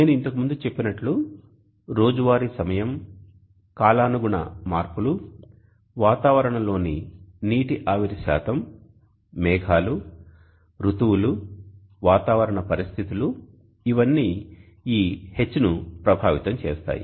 నేను ఇంతకు ముందు చెప్పినట్లు రోజువారీ సమయం కాలానుగుణ మార్పులు వాతావరణంలోని నీటి ఆవిరి శాతం మేఘాలు ఋతువులు వాతావరణ పరిస్థితులు ఇవన్నీ ఈ H ను ప్రభావితం చేస్తాయి